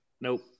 Nope